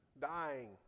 dying